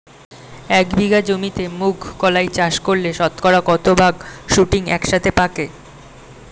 এক বিঘা জমিতে মুঘ কলাই চাষ করলে শতকরা কত ভাগ শুটিং একসাথে পাকে?